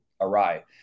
awry